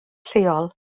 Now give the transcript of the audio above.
lleol